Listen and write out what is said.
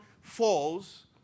falls